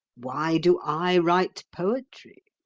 why do i write poetry?